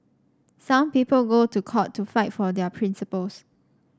some people go to court to fight for their principles